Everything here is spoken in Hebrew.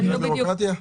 בגלל בירוקרטיה.